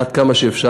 עד כמה שאפשר,